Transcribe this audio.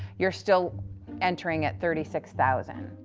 you're still entering at thirty six thousand.